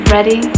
Ready